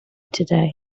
today